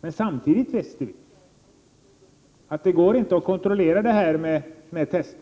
Men samtidigt visste vi att denna inblandning inte går att kontrollera med hjälp av tester.